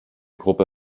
gruppe